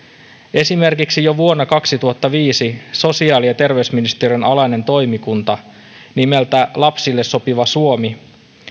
esimerkiksi jo vuonna kaksituhattaviisi sosiaali ja terveysministeriön alainen toimikunta nimeltä lapsille sopiva suomi